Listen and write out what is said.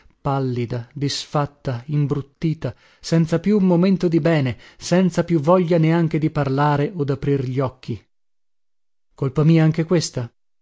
pallida disfatta imbruttita senza più un momento di bene senza più voglia neanche di parlare o daprir gli occhi colpa mia anche questa